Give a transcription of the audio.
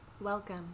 Welcome